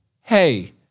hey